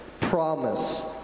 promise